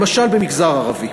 למשל במגזר הערבי,